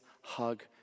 hug